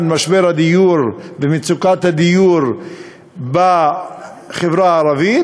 משבר הדיור ומצוקת הדיור בחברה הערבית,